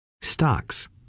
stocks